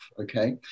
Okay